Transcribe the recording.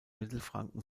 mittelfranken